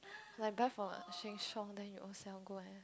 like buy from Sheng-Siong then you ownself go and